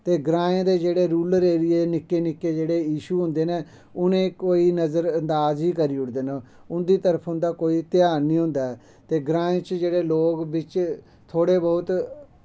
ते ग्राएं दे जेह्ड़े रुलर एरिये दे निक्के निक्के जेह्ड़े इशु होंदे न उ'नें गी कोई नजर अंदाज गै करी ओड़दे न उं'दी तरफा दा कोई ध्यान निं होंदा ऐ ते ग्राएं च जेह्ड़े लोग बिच्च थोह्ड़े बौह्त